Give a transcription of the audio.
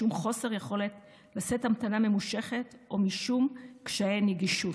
משום חוסר יכולת לשאת המתנה ממושכת או משום קשיי נגישות,